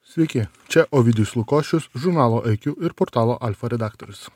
sveiki čia ovidijus lukošius žurnalo iq ir portalo alfa redaktorius